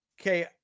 Okay